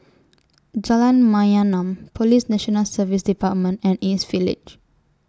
Jalan Mayaanam Police National Service department and East Village